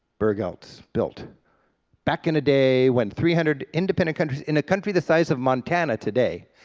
burg eltz. built back in a day when three hundred independent countries, in a country the size of montana today,